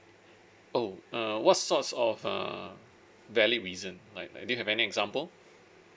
oh uh what sorts of err valid reason like do you have an example